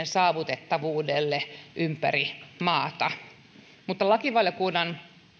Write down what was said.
saavutettavuudelle ympäri maata mutta lakivaliokunnan